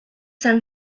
han